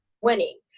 winning